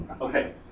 Okay